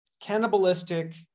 cannibalistic